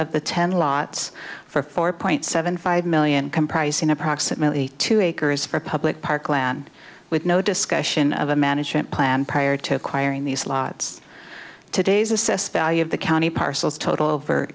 of the ten lots for four point seven five million comprising approximately two acres for a public park land with no discussion of a management plan prior to acquiring these slots today's assessed value of the county parcels total